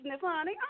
honey